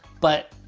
but,